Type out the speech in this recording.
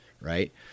right